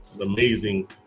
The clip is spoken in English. amazing